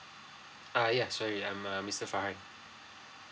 err ya sorry I'm err mister farhan